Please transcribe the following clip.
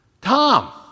Tom